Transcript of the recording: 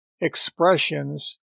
expressions